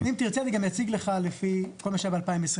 אם תרצה, אני גם אציג לך לפי כל מה שהיה ב-2022.